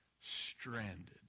stranded